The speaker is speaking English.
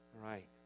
Right